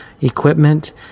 equipment